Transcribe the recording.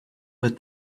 with